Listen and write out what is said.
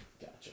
Gotcha